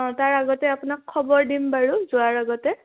অঁ তাৰ আগতে আপোনাক খবৰ দিম বাৰু যোৱাৰ আগতে